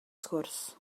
sgwrs